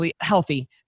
healthy